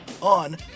on